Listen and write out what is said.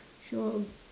so